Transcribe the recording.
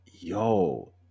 yo